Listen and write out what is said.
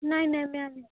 ନାହିଁ ନାହିଁ ମ୍ୟାମ୍